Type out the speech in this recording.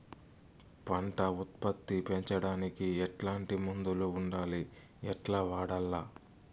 పంట ఉత్పత్తి పెంచడానికి ఎట్లాంటి మందులు ఉండాయి ఎట్లా వాడల్ల?